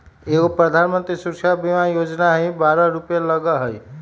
एगो प्रधानमंत्री सुरक्षा बीमा योजना है बारह रु लगहई?